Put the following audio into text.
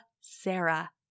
Sarah